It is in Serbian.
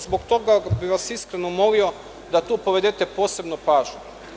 Zbog toga bih vas iskreno molio da tu povedete posebno računa.